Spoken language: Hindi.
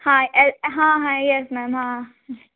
हाँ एल हाँ हाँ येस मैम हाँ